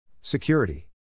Security